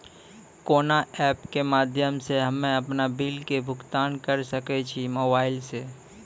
कोना ऐप्स के माध्यम से हम्मे अपन बिल के भुगतान करऽ सके छी मोबाइल से?